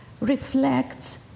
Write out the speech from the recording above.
reflects